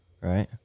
right